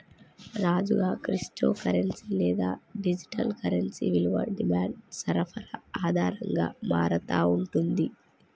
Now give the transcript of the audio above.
రాజుగా, crypto currency లేదా digital currency విలువ డిమాండ్ సరఫరా ఆధారంగా మారతా ఉంటుంది